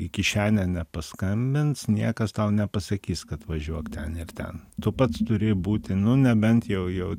į kišenę nepaskambins niekas tau nepasakys kad važiuok ten ir ten tu pats turi būti nu nebent jau jau